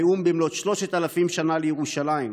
נאם במלאת שלושת אלפים שנה לירושלים,